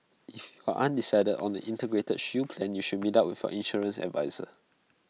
if are undecided on an integrated shield plan then you should meet up with your insurance adviser